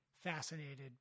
fascinated